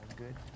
good